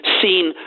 seen